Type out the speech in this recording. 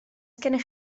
gennych